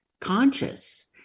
conscious